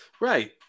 Right